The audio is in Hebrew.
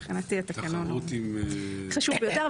מבחינתי התקנון הוא חשוב ביותר.